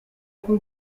bw’u